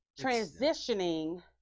transitioning